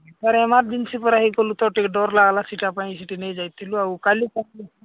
sir ହୋଇଗଲୁ ତ ଟିକେ ଡରିଲା ହେଲା ପାଇଁ ସେଠି ନେଇ ଯାଇଥିଲୁ ଆଉ କାଲି ଆସିଲୁ